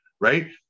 right